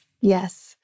Yes